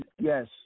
Yes